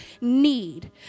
need